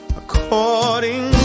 according